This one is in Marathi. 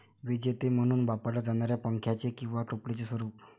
विजेते म्हणून वापरल्या जाणाऱ्या पंख्याचे किंवा टोपलीचे स्वरूप